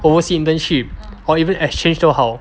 overseas internship or even exchange 都好